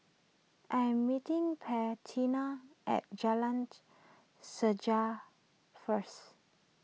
I am meeting Bettina at Jalan Sejarah first